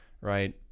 right